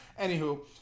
anywho